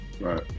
Right